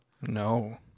No